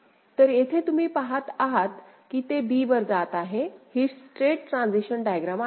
तर येथे तुम्ही पाहत आहात की ते b वर जात आहे ही स्टेट ट्रान्सिशन डायग्रॅम आहे